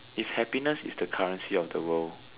if happiness is the currency of the world